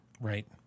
Right